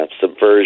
subversion